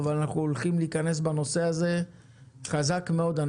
אבל אנחנו הולכים להיכנס בנושא הזה חזק מאוד.